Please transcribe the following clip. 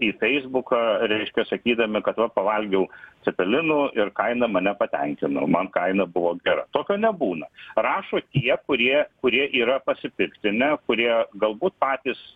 į feisbuką reiškia sakydami kad va pavalgiau cepelinų ir kaina mane patenkino man kaina buvo gera tokio nebūna rašo tie kurie kurie yra pasipiktinę kurie galbūt patys